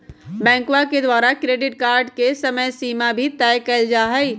बैंकवा के द्वारा क्रेडिट कार्ड के समयसीमा भी तय कइल जाहई